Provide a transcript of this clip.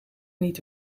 niet